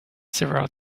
several